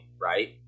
right